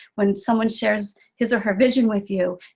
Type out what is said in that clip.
when someone shares his or her vision with you,